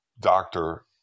doctor